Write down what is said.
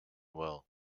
well